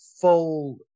full